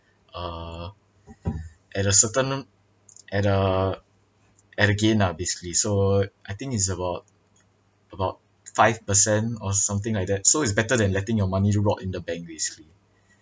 uh at a certain at a at a gain lah basically so I think it's about about five per cent or something like that so it's better than letting your money rot in bank basically